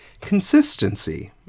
Consistency